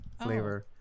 flavor